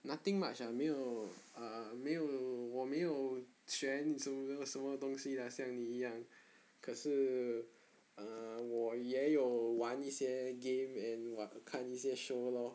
nothing much ah 没有 uh 没有我没有学什么什么东西 lah 像你一样可是 err 我也有玩一些 game and what 看一些 show lor